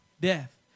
Death